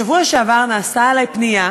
בשבוע שעבר הגיעה אלי פנייה,